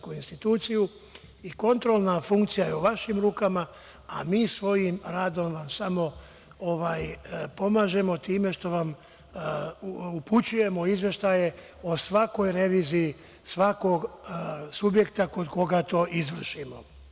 Kontrolna funkcija je u vašim rukama, a mi svojim radom vam samo pomažemo time što vam upućujemo izveštaje o svakoj reviziji, svakog subjekta kod koga to izvršimo.